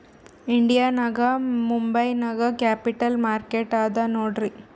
India ನಾಗ್ ಮುಂಬೈ ನಾಗ್ capital market ಅದಾ ನೋಡ್ರಿ